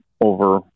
over